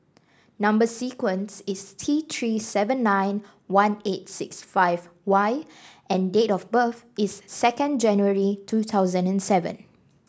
number sequence is T Three seven nine one eight six five Y and date of birth is second January two thousand and seven